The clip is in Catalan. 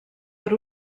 per